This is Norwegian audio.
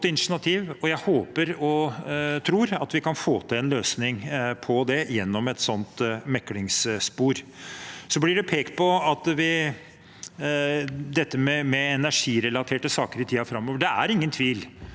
jeg håper og tror at vi kan få til en løsning på det gjennom et sånt meklingsspor. Det blir pekt på dette med energirelaterte saker i tiden framover. Det er ingen tvil